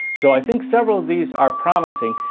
so i think several of these are promising,